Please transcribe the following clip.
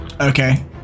Okay